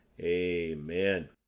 amen